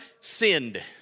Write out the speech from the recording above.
sinned